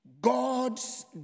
God's